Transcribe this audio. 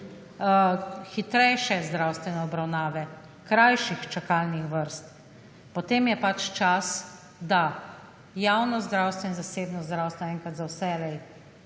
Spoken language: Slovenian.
hitrejše zdravstvene obravnave, krajših čakalnih vrst, potem je pač čas, da javno zdravstvo in zasebno zdravstvo enkrat za vselej